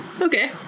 Okay